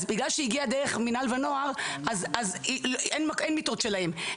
אז בגלל שהיא הגיעה דרך מינהל ונוער אז אין מיטות שלהם,